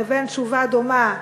לבין תשובה דומה,